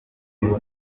y’ubwo